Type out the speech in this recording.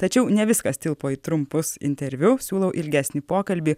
tačiau ne viskas tilpo į trumpus interviu siūlau ilgesnį pokalbį